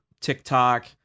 TikTok